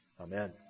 Amen